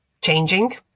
changing